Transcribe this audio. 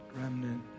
Remnant